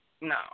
no